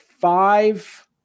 five